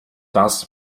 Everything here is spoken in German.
das